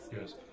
Yes